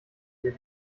wir